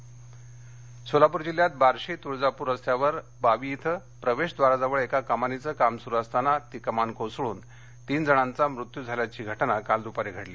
सोलापर अपघात सोलापूर जिल्ह्यात बार्शी तुळजापूर रस्त्यावर बावी इथं प्रवेशद्वाराजवळ एका कमानीचं काम सूरु असताना ती कमान कोसळून तीन जणांचा मृत्यू झाल्याची घटना काल दुपारी घडली